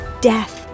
Death